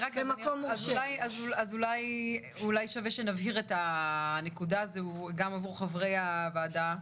אולי שווה שנבהיר את הנקודה הזו גם עבור חברי הוועדה.